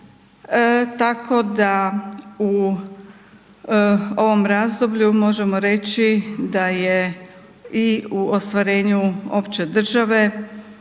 tako da u ovom razdoblju možemo reći da je i u ostvarenju opće države